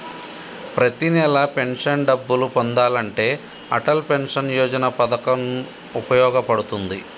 ప్రతి నెలా పెన్షన్ డబ్బులు పొందాలంటే అటల్ పెన్షన్ యోజన పథకం వుపయోగ పడుతుంది